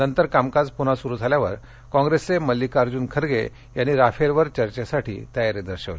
नंतर कामकाज पुन्हा सुरु झाल्यावर काँग्रेसचे मल्लिकार्जून खगें यांनी राफेलवर चर्घेसाठी तयारी दर्शवली